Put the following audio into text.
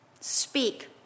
speak